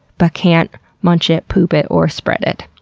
but can't munch it, poop it or spread it.